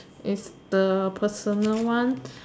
is the personal one